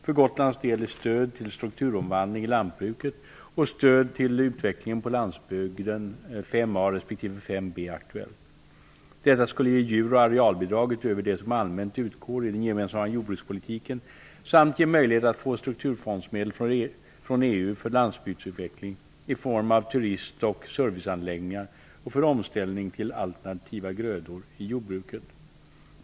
För Gotlands del är stöd till strukturomvandling i lantbruket och stöd till utvecklingen på landsbygden aktuellt. Detta skulle ge djur och arealbidrag utöver de som allmänt utgår i den gemensamma jordbrukspolitiken samt ge möjlighet att få strukturfondsmedel från EU för landsbygdsutveckling i form av turism och serviceanläggningar och för omställning till alternativa grödor i jordbruket.